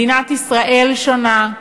מדינת ישראל שונה.